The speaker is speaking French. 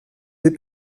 deux